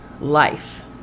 life